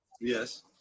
Yes